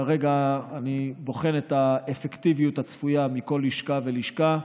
כרגע אני בוחן את האפקטיביות הצפויה של כל לשכה ולשכה,